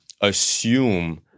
assume